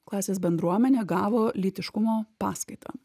klasės bendruomenė gavo lytiškumo paskaitą